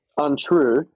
untrue